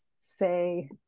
say